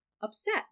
upset